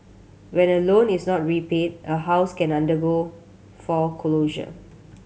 when a loan is not repaid a house can undergo foreclosure